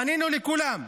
פנינו לכולם,